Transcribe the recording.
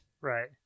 Right